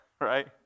Right